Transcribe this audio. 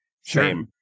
sure